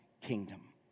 kingdom